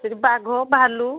ସେଇଠି ବାଘ ଭାଲୁ